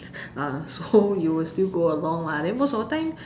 so you will still go along lah then most of the time